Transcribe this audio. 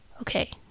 Okay